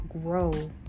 grow